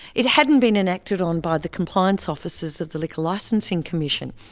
it hadn't been enacted on by the compliance officers of the liquor licensing commission.